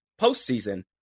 postseason